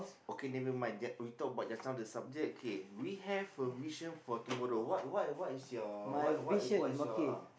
okay never mind just we talk about just now that subject K we have a vision for tomorrow what what what is your what what what is your ah